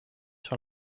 sur